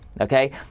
okay